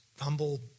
humble